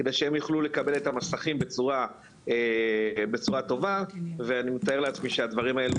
כדי שהם יוכלו לקבל את המסכים בצורה טובה ואני מתאר לעצמי שהדברים האלו,